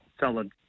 solid